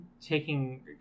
taking